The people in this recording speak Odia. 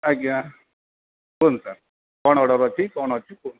ଆଜ୍ଞା କୁହନ୍ତୁ ସାର୍ କ'ଣ ଅର୍ଡ଼ର୍ ଅଛି କ'ଣ ଅଛି କୁହନ୍ତୁ